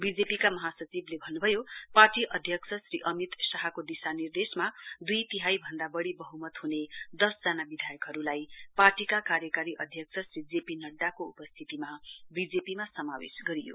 बीजेपीका महासचिवले भन्नभयो पार्टी अध्यक्ष श्री अमित शाहको दिशा निर्देशमा दुई तिहाई भन्द बढ़ी वहमत हुने दश जना विधायकहरुलाई पार्टीका कार्यकारी अध्यक्ष श्री जे पी नड्डाको उपस्थितीमा बीजेपीमा समावेश गरियो